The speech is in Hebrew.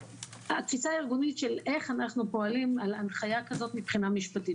התפיסה הארגונית של איך אנחנו פועלים על הנחיה כזאת מבחינה משפטית.